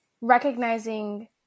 recognizing